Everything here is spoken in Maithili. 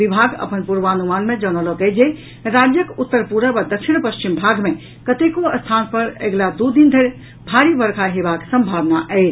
विभाग अपन पूर्वानुमान मे जनौलक अछि जे राज्यक उत्तर पूरब आ दक्षिण पश्चिम भाग मे कतेको स्थान पर अगिला दू दिन धरि भारी वर्षा हेबाक सम्भावना अछि